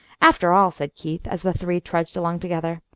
after all, said keith, as the three trudged along together,